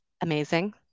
amazing